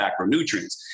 macronutrients